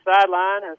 sideline